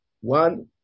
One